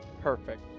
Perfect